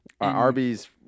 Arby's